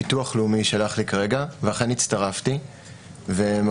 הביטוח לאומי שלח כרגע ואכן הצטרפתי ומחר